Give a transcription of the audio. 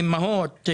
אימהות,